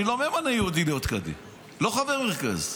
אני לא ממנה יהודי להיות קאדי, לא חברי מרכז.